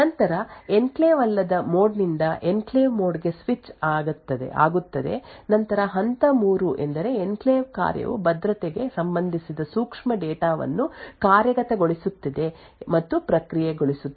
ನಂತರ ಎನ್ಕ್ಲೇವ್ ಅಲ್ಲದ ಮೋಡ್ ನಿಂದ ಎನ್ಕ್ಲೇವ್ ಮೋಡ್ ಗೆ ಸ್ವಿಚ್ ಆಗುತ್ತದೆ ನಂತರ ಹಂತ 3 ಎಂದರೆ ಎನ್ಕ್ಲೇವ್ ಕಾರ್ಯವು ಭದ್ರತೆಗೆ ಸಂಬಂಧಿಸಿದ ಸೂಕ್ಷ್ಮ ಡೇಟಾ ವನ್ನು ಕಾರ್ಯಗತಗೊಳಿಸುತ್ತದೆ ಮತ್ತು ಪ್ರಕ್ರಿಯೆಗೊಳಿಸುತ್ತದೆ